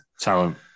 Talent